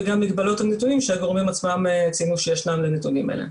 וגם המגבלות לנתונים שהגורמים עצמם ציינו שיש להם לנתונים האלה.